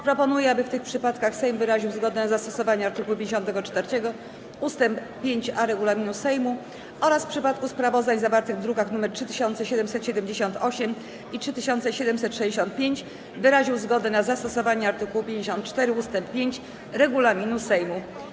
Proponuję, aby w tych przypadkach Sejm wyraził zgodę na zastosowanie art. 54 ust. 5a regulaminu Sejmu oraz w przypadku sprawozdań zawartych w drukach nr 3778 i 3765 wyraził zgodę na zastosowanie art. 54 ust. 5 regulaminu Sejmu.